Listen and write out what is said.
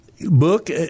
book